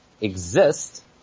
exist